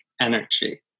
energy